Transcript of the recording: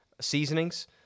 seasonings